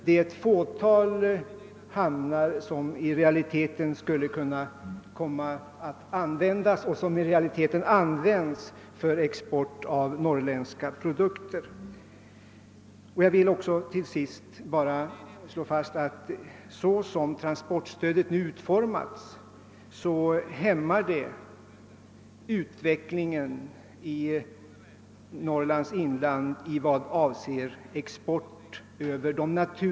Det är ett fåtal hamnar på norsk sida som i realiteten brukas för export av norrländska produkter. Jag vill till sist bara slå fast att såsom transportstödet nu utformas hämmar det utvecklingen för en stor del av Norrlands inland.